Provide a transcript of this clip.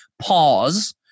pause